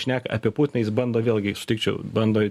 šneka apie putiną jis bando vėlgi sutikčiau bando